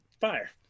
fire